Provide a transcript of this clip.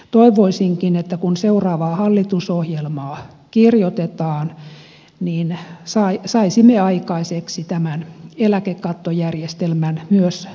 toivoisinkin kun seuraavaa hallitusohjelmaa kirjoitetaan että saisimme aikaiseksi eläkekattojärjestelmän myös suomessa